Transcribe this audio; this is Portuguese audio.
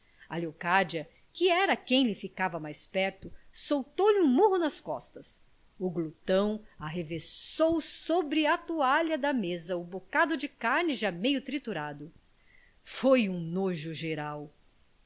a leocádia que era quem lhe ficava mais perto soltou lhe um murro nas costas o glutão arremessou sobre a toalha da mesa o bocado de carne já meio triturado foi um nojo geral